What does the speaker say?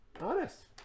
Honest